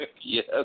Yes